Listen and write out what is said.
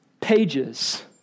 pages